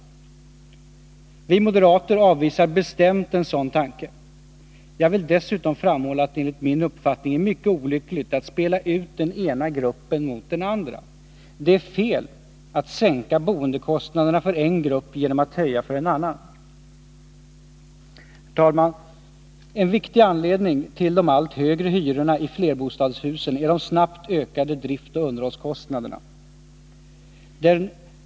Vi moderater avvisar bestämt en sådan tanke. Jag vill dessutom framhålla att det enligt min uppfattning är mycket olyckligt att spela ut den ena gruppen mot den andra. Det är fel att sänka boendekostnaderna för en grupp genom att höja dem för en annan! Herr talman! En viktig anledning till de allt högre hyrorna i flerbostadshusen är de snabbt ökande driftoch underhållskostnaderna.